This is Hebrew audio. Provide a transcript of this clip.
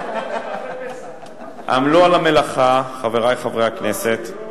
עמלו על המלאכה, חברי חברי הכנסת,